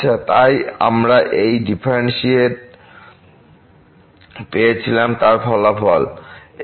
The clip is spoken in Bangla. আচ্ছা তাই আমরা যে ডিফারেন্শিয়েট পেয়েছিলাম তার ফলাফল ছিল